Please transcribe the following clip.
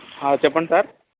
చెప్పండి సార్